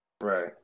Right